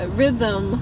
rhythm